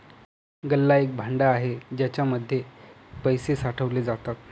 गल्ला एक भांड आहे ज्याच्या मध्ये पैसे साठवले जातात